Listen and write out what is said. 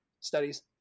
studies